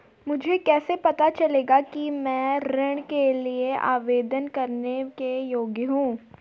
मुझे कैसे पता चलेगा कि मैं ऋण के लिए आवेदन करने के योग्य हूँ?